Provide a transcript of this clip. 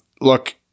look